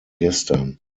gestern